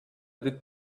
did